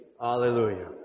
Hallelujah